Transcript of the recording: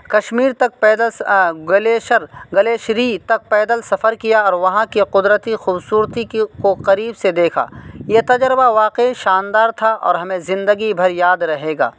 کشمیر تک پیدل گلیشر گلیشری تک پیدل سفر کیا اور وہاں کے قدرتی خوبصورتی کی کو قریب سے دیکھا یہ تجربہ واقعی شاندار تھا اور ہمیں زندگی بھر یاد رہے گا